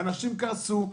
אנשים קרסו,